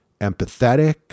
empathetic